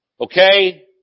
Okay